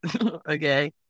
okay